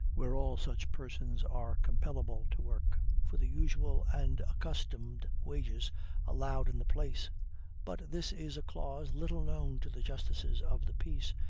where all such persons are compellable to work for the usual and accustomed wages allowed in the place but this is a clause little known to the justices of the peace,